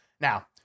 Now